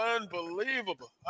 unbelievable